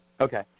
Okay